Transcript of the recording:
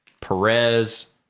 Perez